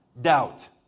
doubt